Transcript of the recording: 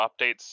updates